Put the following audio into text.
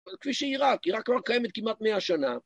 כפי שעיראק, עיראק לא קיימת כמעט מאה שנה.